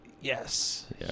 Yes